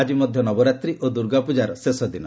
ଆଜି ମଧ୍ୟ ନବରାତ୍ରୀ ଓ ଦୁର୍ଗାପ୍ରଜାର ଶେଷଦିନ